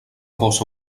bossa